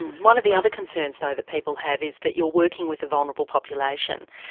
one of the other concerns though that people have is that you're working with a vulnerable population.